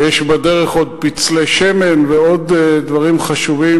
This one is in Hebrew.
ויש בדרך עוד פצלי שמן ועוד דברים חשובים,